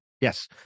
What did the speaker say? yes